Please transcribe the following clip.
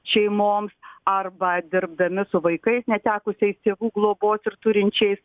šeimoms arba dirbdami su vaikais netekusiais tėvų globos ir turinčiais